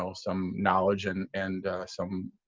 so some knowledge and and some